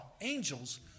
angels